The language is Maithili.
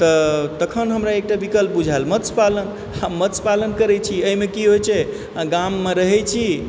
तऽ तखन हमरा एकटा विकल्प बुझायल मत्स्य पालन आ मत्स्य पालन करैत छी एहिमे की होइत छै गाममे रहैत छी